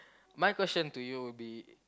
my question to you will be